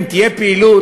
אם תהיה פעילות,